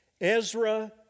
Ezra